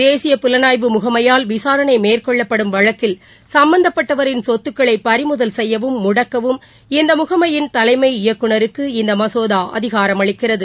தேசிய புலனாய்வு முகமையால் விசாரணை மேற்கொள்ளப்படும் வழக்கில் சம்பந்தப்பட்டவரின் சொத்துக்களை பறிமுதல் செய்யவும் முடக்கவும் இந்த முகமையின் தலைமை இயக்குநருக்கு இந்த மசோதா அதிகாரம் அளிக்கிறது